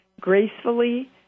gracefully